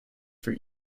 for